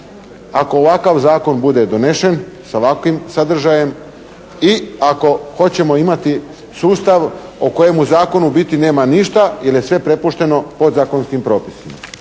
ako ovakav zakon bude donesen, sa ovakvim sadržajem, i ako hoćemo imati sustav o kojemu zakonu u biti nema ništa jer je sve prepušteno podzakonskim propisima?